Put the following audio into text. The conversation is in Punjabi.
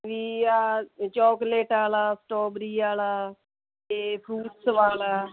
ਵੀ ਆ ਚੋਕਲੇਟ ਵਾਲਾ ਸਟੋਵਰੀ ਵਾਲਾ ਅਤੇ ਫਰੂਟਸ ਵਾਲਾ